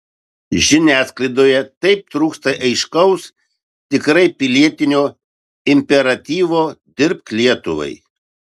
žiniasklaidoje taip trūksta aiškaus tikrai pilietinio imperatyvo dirbk lietuvai